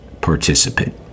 participant